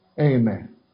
Amen